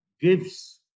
Gives